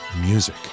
music